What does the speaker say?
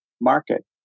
market